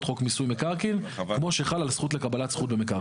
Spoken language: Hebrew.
חוק מיסוי מקרקעין כמו שחל על זכות לקבלת זכות במקרקעין.